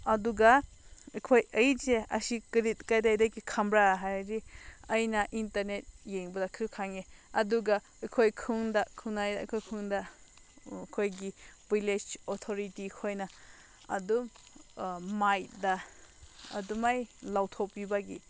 ꯑꯗꯨꯒ ꯑꯩꯈꯣꯏ ꯑꯩꯁꯦ ꯑꯁꯤ ꯀꯔꯤ ꯀꯗꯥꯏꯗꯒꯤ ꯈꯪꯕ꯭ꯔꯥ ꯍꯥꯏꯔꯗꯤ ꯑꯩꯅ ꯏꯟꯇꯔꯅꯦꯠ ꯌꯦꯡꯕꯗꯁꯨ ꯈꯪꯉꯦ ꯑꯗꯨꯒ ꯑꯩꯈꯣꯏ ꯈꯨꯟꯗ ꯈꯨꯟꯅꯥꯏ ꯑꯩꯈꯣꯏ ꯈꯨꯟꯗ ꯑꯩꯈꯣꯏꯒꯤ ꯚꯤꯂꯦꯖ ꯑꯣꯊꯣꯔꯤꯇꯤ ꯑꯩꯈꯣꯏꯅ ꯑꯗꯨꯝ ꯃꯥꯏꯛꯗ ꯑꯗꯨꯃꯥꯏ ꯂꯥꯎꯊꯣꯛꯄꯤꯕꯒꯤ